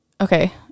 okay